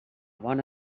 bona